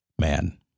Man